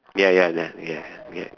ya ya ya ya ya